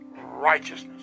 righteousness